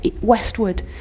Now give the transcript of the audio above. westward